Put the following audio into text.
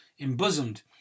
embosomed